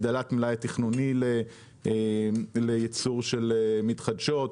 הגדלת המלאי התכנוני לייצור של מתחדשות,